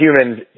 humans